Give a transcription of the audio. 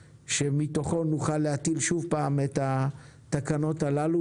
שמתוכו נוכל להטיל שוב פעם את התקנות הללו,